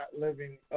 living